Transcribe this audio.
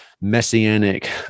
messianic